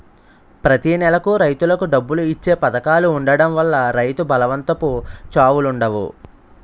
ప్రతి నెలకు రైతులకు డబ్బులు ఇచ్చే పధకాలు ఉండడం వల్ల రైతు బలవంతపు చావులుండవు